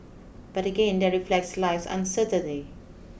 but again there reflects life's uncertainty